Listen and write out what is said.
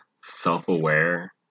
self-aware